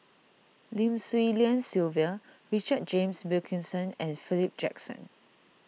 Lim Swee Lian Sylvia Richard James Wilkinson and Philip Jackson